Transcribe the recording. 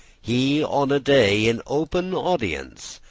he on a day, in open audience,